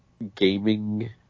gaming